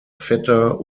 vetter